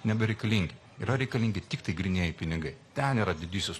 nebereikalingi yra reikalingi tiktai grynieji pinigai ten yra didysis